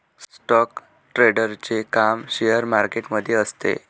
stock ट्रेडरचे काम share market मध्ये असते